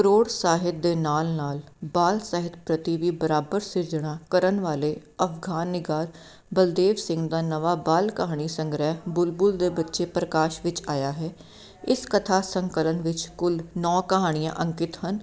ਪਰੋਡ ਸਾਹਿਤ ਦੇ ਨਾਲ ਨਾਲ ਬਾਲ ਸਾਹਿਤ ਪ੍ਰਤੀ ਵੀ ਬਰਾਬਰ ਸਿਰਜਣਾ ਕਰਨ ਵਾਲੇ ਅਫਖਾਨਿਗਾਰ ਬਲਦੇਵ ਸਿੰਘ ਦਾ ਨਵਾਂ ਬਾਲ ਕਹਾਣੀ ਸੰਗ੍ਰਹਿ ਬੁਲਬੁਲ ਦੇ ਬੱਚੇ ਪ੍ਰਕਾਸ਼ ਵਿੱਚ ਆਇਆ ਹੈ ਇਸ ਕਥਾ ਸੰਕਰਨ ਵਿੱਚ ਕੁੱਲ ਨੌਂ ਕਹਾਣੀਆਂ ਅੰਕਿਤ ਹਨ